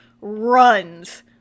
runs